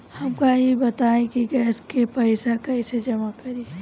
हमका ई बताई कि गैस के पइसा कईसे जमा करी?